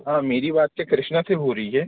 हाँ मेरी बात क्या कृष्णा से हो रही है